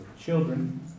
children